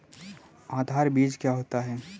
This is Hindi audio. आधार बीज क्या होता है?